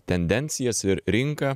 tendencijas ir rinką